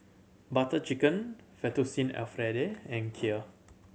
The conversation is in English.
Butter Chicken Fettuccine Alfredo and Kheer